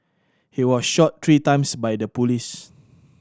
he was shot three times by the police